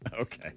Okay